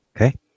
Okay